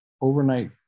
overnight